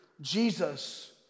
Jesus